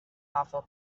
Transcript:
awful